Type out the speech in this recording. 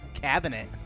cabinet